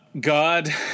God